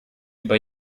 über